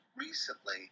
recently